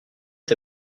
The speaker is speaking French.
est